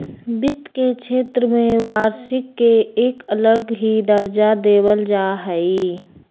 वित्त के क्षेत्र में वार्षिक के एक अलग ही दर्जा देवल जा हई